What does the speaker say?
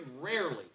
rarely